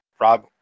Rob